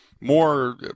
more